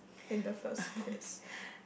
in the first place